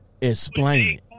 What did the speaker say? explain